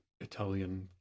italian